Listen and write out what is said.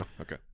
Okay